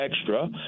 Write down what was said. extra